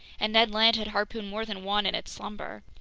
and ned land had harpooned more than one in its slumber.